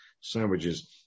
sandwiches